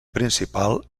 principal